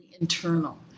internal